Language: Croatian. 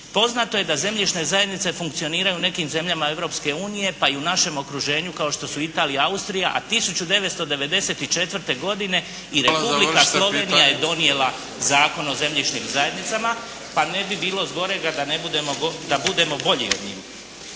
Poznato je da zemljišne zajednice funkcioniraju u nekim zemljama Europske unije pa i u našem okruženju kao što su Italija i Austrija a 1994. godine i Republika Slovenija je donijela Zakon o zemljišnim zajednicama pa ne bi bilo zgorega da budemo bolji od njih.